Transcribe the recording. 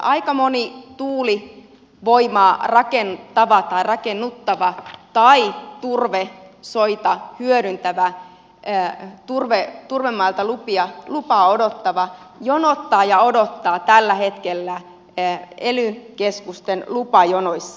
aika moni tuulivoimaa rakentava tai rakennuttava tai turvesoita hyödyntävä turvemailta lupaa odottava jonottaa ja odottaa tällä hetkellä ely keskusten lupajonoissa